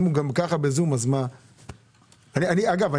אגב,